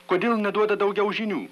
kodėl neduoda daugiau žinių